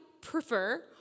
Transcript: prefer